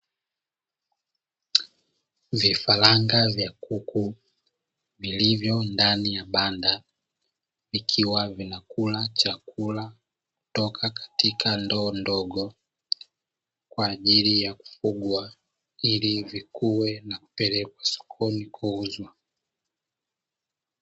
Vifaranga vya kuku vilivyo ndani ya banda, vikiwa vinakula chakula kutoka katika ndoo ndogo kwa ajili ya kufugwa ili vikue na kupelekwa sokoni kuuzwa.